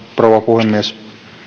rouva puhemies